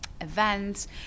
events